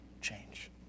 change